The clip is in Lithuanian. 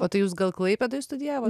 o tai jūs gal klaipėdoj studijavot